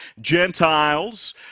Gentiles